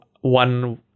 one